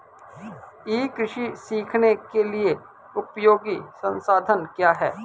ई कृषि सीखने के लिए उपयोगी संसाधन क्या हैं?